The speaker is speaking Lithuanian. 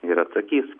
ir atsakys